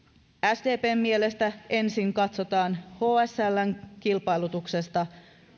sdpn mielestä ensin katsotaan hsln kilpailutuksesta